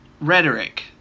rhetoric